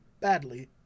badly